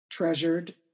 treasured